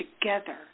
together